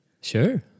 Sure